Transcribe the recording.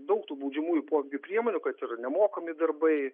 daug tų baudžiamųjų poveikio priemonių kad ir nemokami darbai